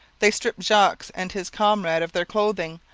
they stripped jogues and his comrade of their clothing,